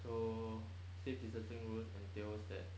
so safe distancing rules entails that